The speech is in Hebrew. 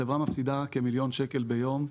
החברה מפסידה כמיליון שקלים ביום.